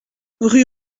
rue